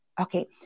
Okay